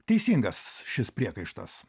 teisingas šis priekaištas